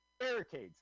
barricades